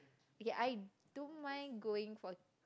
okay I don't mind going for